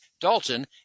Dalton